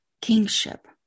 kingship